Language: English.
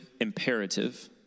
imperative